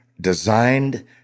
designed